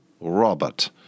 Robert